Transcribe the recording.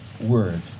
word